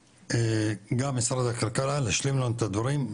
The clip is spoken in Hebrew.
גם ממשרד הכלכלה להשלים לנו את הדברים,